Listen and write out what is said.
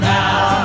now